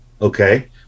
okay